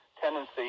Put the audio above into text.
tendency